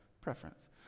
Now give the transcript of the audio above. preference